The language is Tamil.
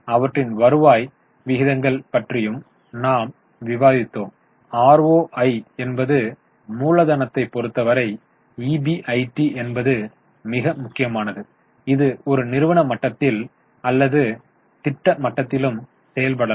அவற்றின் வருவாய் விகிதங்கள் பற்றியும் நாம் விவாதித்தோம் ROI என்பது மூலதனத்தை பொறுத்தவரை ஈபிஐடி என்பது மிக முக்கியமானது இது ஒரு நிறுவன மட்டத்தில் அல்லது திட்ட மட்டத்திலும் செய்யப்படலாம்